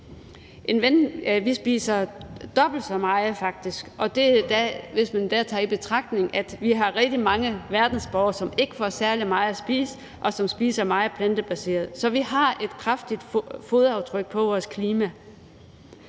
faktisk dobbelt så meget, og hvis man der tager i betragtning, at vi har rigtig mange verdensborgere, som ikke får særlig meget at spise, og som spiser meget plantebaseret, så har vi et kraftigt fodaftryk på vores klima.